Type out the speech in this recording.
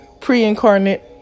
pre-incarnate